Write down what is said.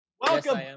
Welcome